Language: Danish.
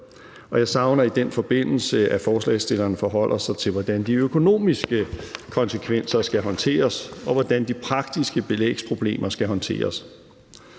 jeg savner i den forbindelse, at forslagsstillerne forholder sig til, hvordan de økonomiske konsekvenser skal håndteres, og hvordan de praktiske belægsproblemer skal håndteres.